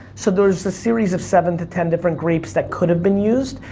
so there's this series of seven to ten different grapes that could have been used,